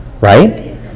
right